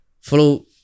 follow